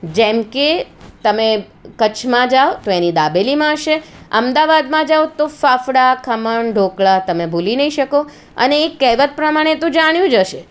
જેમ કે તમે કચ્છમાં જાઓ તો એની દાબેલી માણશે અમદાવાદમાં જાઓ તો ફાફડા ખમણ ઢોકળા તમે ભૂલી નહીં શકો અને એક કહેવત પ્રમાણે તો જાણ્યું જ હશે